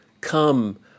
Come